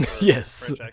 Yes